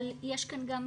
אבל יש כאן גם,